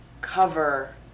Cover